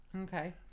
okay